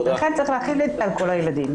לכן צריך להחיל את זה על כל הילדים.